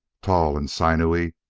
tall and sinewy,